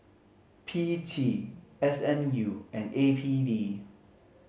P T S M U and A P D